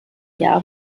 jahr